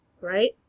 Right